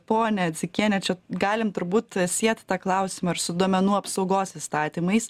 ponia dzikiene čia galim turbūt sieti tą klausimą su duomenų apsaugos įstatymais